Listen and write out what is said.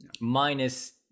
minus